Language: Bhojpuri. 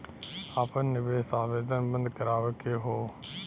आपन निवेश आवेदन बन्द करावे के हौ?